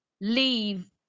leave